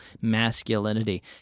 masculinity